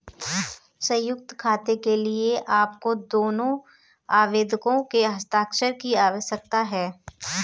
संयुक्त खाते के लिए आपको दोनों आवेदकों के हस्ताक्षर की आवश्यकता है